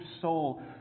soul